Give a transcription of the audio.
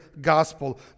gospel